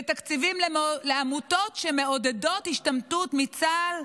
ותקציבים לעמותות שמעודדות השתמטות מצה"ל.